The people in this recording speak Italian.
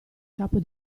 capo